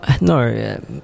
No